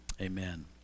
amen